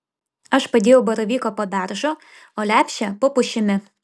aš padėjau baravyką po beržu o lepšę po pušimi